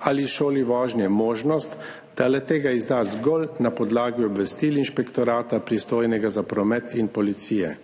ali šoli vožnje možnost, da le-tega izda zgolj na podlagi obvestil inšpektorata, pristojnega za promet, in policije.